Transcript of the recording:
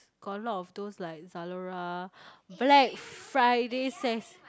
got a lot of those like Zalora Black Friday sales